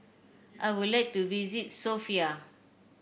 I would like to visit Sofia